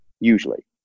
usually